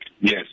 Yes